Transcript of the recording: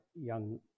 young